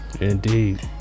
Indeed